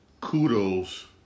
kudos